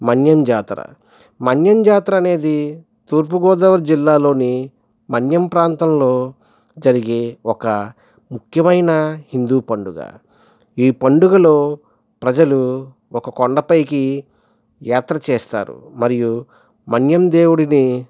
మన్యం జాతర మన్యం జాతర అనేది తూర్పుగోదావరి జిల్లాలోని మన్యం ప్రాంతంలో జరిగే ఒక ముఖ్యమైన హిందూ పండుగ ఈ పండుగలో ప్రజలు ఒక కొండపైకి యాత్ర చేస్తారు మరియు మన్యం దేవుడిని